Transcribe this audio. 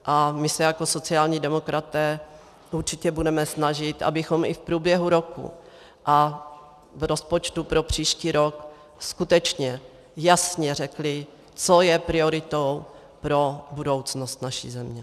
A my se jako sociální demokraté určitě budeme snažit, abychom i v průběhu roku a v rozpočtu pro příští rok skutečně jasně řekli, co je prioritou pro budoucnost naší země.